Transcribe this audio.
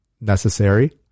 necessary